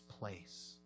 Place